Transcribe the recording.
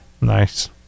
nice